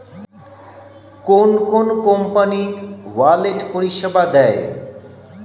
কোন কোন company wallet পরিষেবা দেয়?